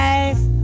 Life